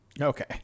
Okay